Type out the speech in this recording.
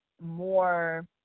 more